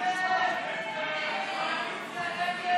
אסופה של אופורטוניסטים.